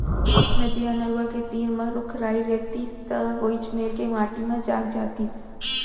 नदिया, नरूवा के तीर म रूख राई रइतिस त वोइच मेर के माटी म जाग जातिस